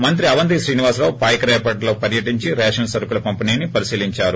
మంత్రి అవంతి శ్రీనివాస్ రావు పాయకరావుపేటలో పర్యటించి రేషన్ సరకుల పంపిణీని పరిశీలించారు